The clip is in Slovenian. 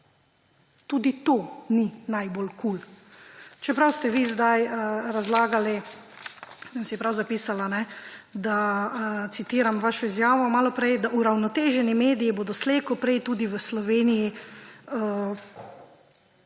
Tudi to ni najbolj kul. Čeprav ste vi zdaj razlagali, sem si prav zapisala, citiram vašo izjavo malo prej, da uravnoteženi mediji bodo slej ko prej tudi v Sloveniji;